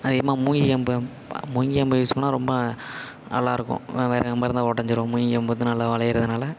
அதிகமா மூங்கி கம்பு மூங்கி கம்பு யூஸ் பண்ணா ரொம்ப நல்லாருக்கும் வேற கம்பாருந்தா ஒடஞ்சிரும் மூங்கி கம்பு வந்து நல்லா வளையிறதுனால